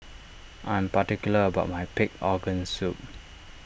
I am particular about my Pig Organ Soup